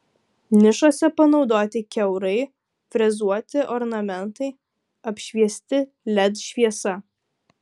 nišose panaudoti kiaurai frezuoti ornamentai apšviesti led šviesa